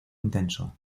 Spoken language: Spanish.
intenso